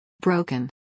broken